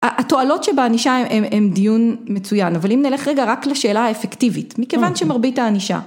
התועלות שבענישה הם דיון מצוין, אבל אם נלך רגע רק לשאלה האפקטיבית, מכיוון שמרבית הענישה.